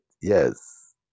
yes